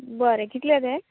बरें कितले ते